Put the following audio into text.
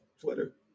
Twitter